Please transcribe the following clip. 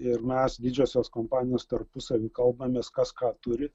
ir mes didžiosios kompanijos tarpusavy kalbamės kas ką turi